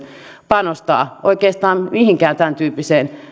panostaa oikeastaan mihinkään tämäntyyppiseen